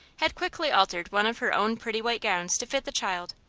had quickly altered one of her own pretty white gowns to fit the child,